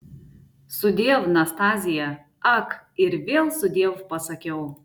sudiev nastazija ak ir vėl sudiev pasakiau